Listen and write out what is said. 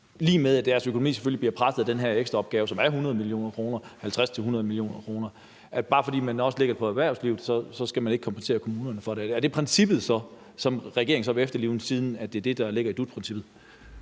lig med, at deres økonomi selvfølgelig bliver presset af den her ekstraopgave, som er på 50-100 mio. kr. Når man lægger det på erhvervslivet, skal man ikke kompensere kommunerne for det – er det princippet, som regeringen vil efterleve, siden det er det, der ligger i dut-princippet?